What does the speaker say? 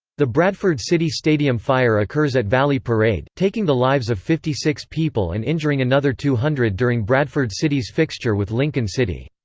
the bradford city stadium fire occurs at valley parade, taking the lives of fifty six people and injuring another two hundred during bradford city's fixture with lincoln city.